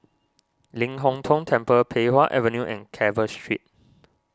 Ling Hong Tong Temple Pei Wah Avenue and Carver Street